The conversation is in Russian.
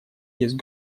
есть